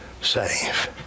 save